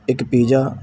ਇੱਕ ਪੀਜਾ